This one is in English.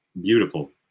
beautiful